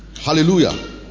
Hallelujah